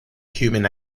human